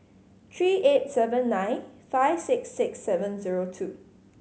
three eight seven nine five six six seven zero two